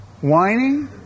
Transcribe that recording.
Whining